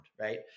right